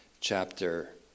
chapter